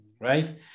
right